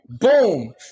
Boom